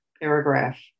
paragraph